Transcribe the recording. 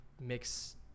mix